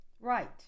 Right